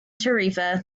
tarifa